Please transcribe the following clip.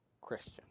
Christian